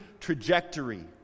trajectory